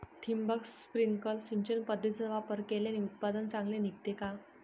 ठिबक, स्प्रिंकल सिंचन पद्धतीचा वापर केल्याने उत्पादन चांगले निघते का?